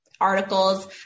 articles